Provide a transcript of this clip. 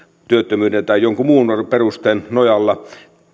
työttömyyden tai jonkun muun perusteen nojalla